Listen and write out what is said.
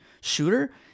shooter